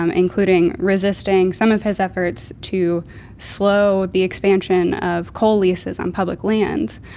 um including resisting some of his efforts to slow the expansion of coal leases on public lands.